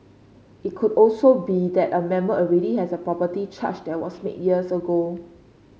it could also be that a member already has a property charge that was made years ago